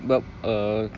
but uh